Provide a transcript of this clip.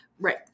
Right